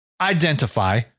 Identify